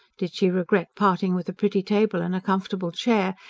did she regret parting with a pretty table and a comfortable chair,